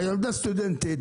הילדה סטודנטית,